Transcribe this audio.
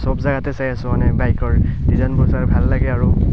চব জেগাতে চাই আছোঁ মানে বাইকৰ ডিজাইনবোৰ চাই ভাল লাগে আৰু